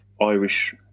Irish